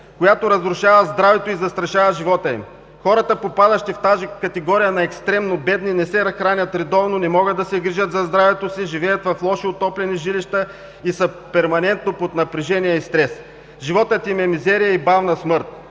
която разрушава здравето и застрашава живота им. Хората, попадащи в категорията на екстремно бедни, не се хранят редовно, не могат да се грижат за здравето си, живеят в зле отоплени жилища и са перманентно под напрежение и стрес. Животът им е мизерия и бавна смърт.